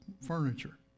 furniture